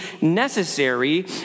necessary